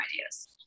ideas